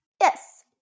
Yes